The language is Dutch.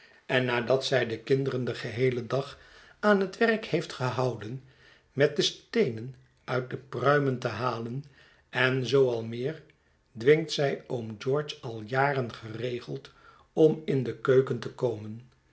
en nadat zij de kinderen den geheelen dag aan het werk heeft gehouden met de steenen uit de pruimen te halen en zoo al meer dwingt zij oom george alle jaren geregeld om in de keuken tekomen